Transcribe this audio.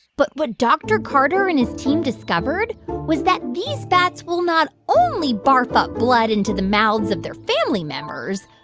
but what dr. carter and his team discovered was that these bats will not only barf up blood into the mouths of their family members.